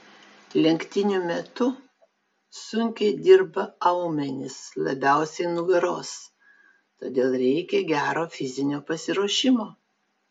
lenktynių metu sunkiai dirba aumenys labiausiai nugaros todėl reikia gero fizinio pasiruošimo